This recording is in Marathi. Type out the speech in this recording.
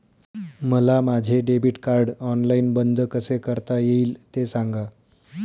मला माझे डेबिट कार्ड ऑनलाईन बंद कसे करता येईल, ते सांगा